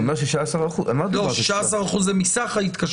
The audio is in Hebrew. הוא אמר 16%. לא, 16% זה מסך ההתקשרויות.